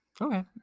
Okay